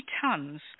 tons